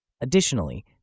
Additionally